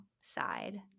side